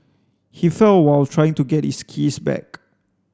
he fell while trying to get his keys back